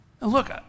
Look